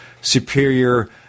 superior